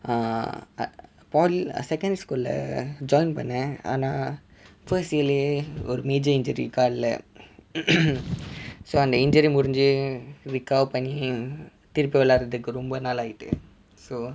uh pol~ secondary school லே:le join பன்னென் ஆனா:pannen aana first year லேயே ஒரு:leye oru major injury காலிலே:kalile so அந்த:antha injury முடிஞ்சு:mudinju recover பண்ணி திருப்பி விளையாடுறதுக்கு ரொம்ப நாள் ஆயிட்டு:panni thiruppi vilaiyaadurathukku romba naal aayittu